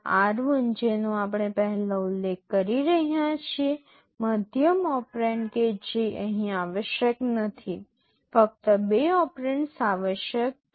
આ r1 જેનો આપણે પહેલાં ઉલ્લેખ કરી રહ્યા છીએ મધ્યમ ઓપરેન્ડ કે જે અહીં આવશ્યક નથી ફક્ત બે ઓપરેન્ડ્સ આવશ્યક છે